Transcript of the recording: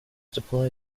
deploy